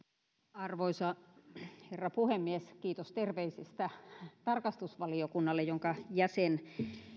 arvoisa herra puhemies kiitos terveisistä tarkastusvaliokunnalle jonka jäsen